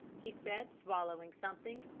he said, swallowing something.